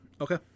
Okay